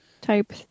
type